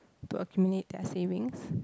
to accumulate their savings